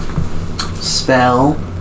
Spell